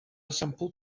sampl